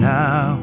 now